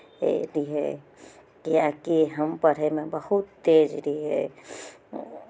दै रहियै किएकि हम पढ़ैमे बहुत तेज रहियै